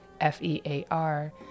F-E-A-R